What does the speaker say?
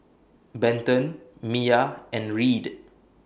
Benton Miya and Reed